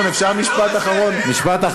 אתם מפריעים לו.